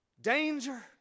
Danger